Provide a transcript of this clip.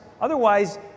otherwise